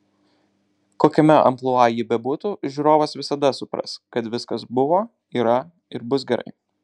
kokiame amplua ji bebūtų žiūrovas visada supras kad viskas buvo yra ir bus gerai